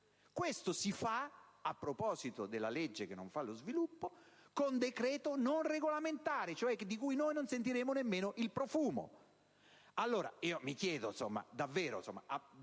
Questo lo si fa (a proposito della legge che non fa lo sviluppo) con decreto non regolamentare, cioè di cui noi non sentiremo nemmeno il profumo. Allora io chiedo di avere un minimo